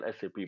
SAP